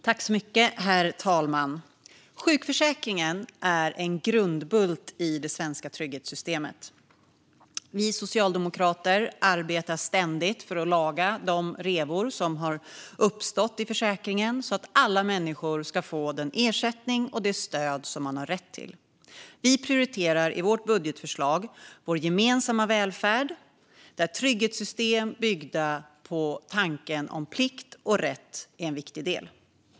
Herr talman! Sjukförsäkringen är en grundbult i det svenska trygghetssystemet. Vi socialdemokrater arbetar ständigt för att laga revorna i försäkringen så att alla ska få den ersättning de har rätt till. Vi prioriterar i vårt budgetförslag vår gemensamma välfärd där trygghetssystem byggda på tanken om plikt och rätt är en viktig del.